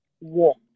Walk